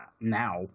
now